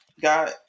got